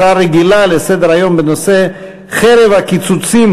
הצעה רגילה לסדר-היום שמספרה 119 בנושא: חרב הקיצוצים